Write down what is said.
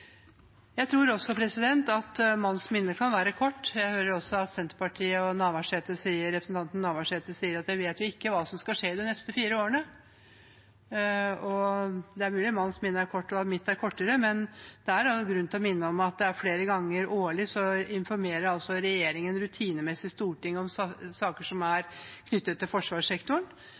Jeg tror også at manns minne kan være kort. Jeg hører at Senterpartiet, ved representanten Navarsete, sier at vi ikke vet hva som skal skje de neste fire årene. Det er mulig manns minne er kort, og at mitt er enda kortere, men det er all grunn til å minne om at regjeringen flere ganger årlig rutinemessig informerer Stortinget om saker som er knyttet til forsvarssektoren,